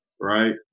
right